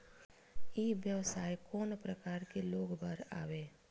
ई व्यवसाय कोन प्रकार के लोग बर आवे?